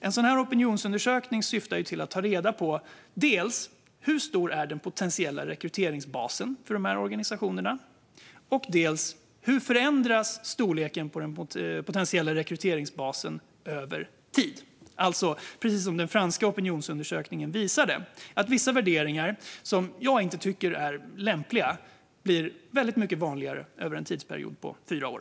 En sådan här opinionsundersökning syftar till att ta reda på dels hur stor den potentiella rekryteringsbasen för de här organisationerna är, dels hur storleken på den potentiella rekryteringsbasen förändras över tid - alltså precis det som den franska opinionsundersökningen visade, nämligen att vissa värderingar, som jag inte tycker är lämpliga, blir väldigt mycket vanligare över en tidsperiod på fyra år.